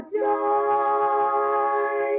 joy